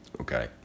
Okay